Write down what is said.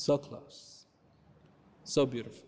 so close so beautiful